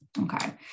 Okay